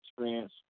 experience